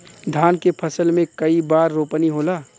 धान के फसल मे कई बार रोपनी होला?